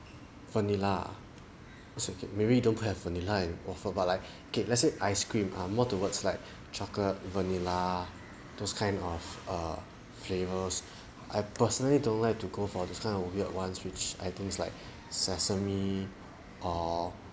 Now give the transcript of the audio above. vanilla it's okay maybe you don't have vanilla in waffle but I okay let's say ice cream I'm more towards like chocolate vanilla those kind of err flavors I personally don't like to go for those kind of weird ones which I think it's like sesame or